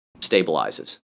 stabilizes